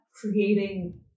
creating